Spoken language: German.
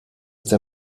der